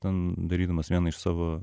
ten darydamas vieną iš savo